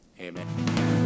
Amen